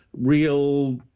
real